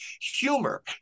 humor